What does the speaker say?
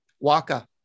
Waka